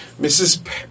Mrs